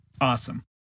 Awesome